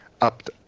up